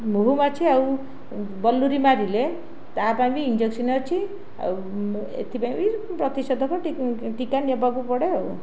ମହୁମାଛି ଆଉ ବହ୍ଲୁରୀ ମାରିଲେ ତା ପାଇଁ ବି ଇଞ୍ଜେକ୍ସନ ଅଛି ଆଉ ଏଥିପାଇଁ ବି ପ୍ରତିଷେଧକ ଟୀକା ନେବାକୁ ପଡ଼େ ଆଉ